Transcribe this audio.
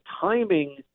timing